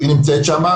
מה שאמרת,